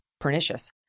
pernicious